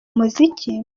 muziki